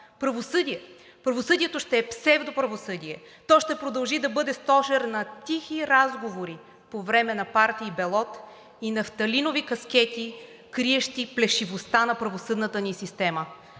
Правосъдие. Правосъдието ще е псевдоправосъдие. То ще продължи да бъде стожер на тихи разговори по време на партии белот и нафталинови каскети, криещи плешивостта на правосъдната ни система.